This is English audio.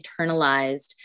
internalized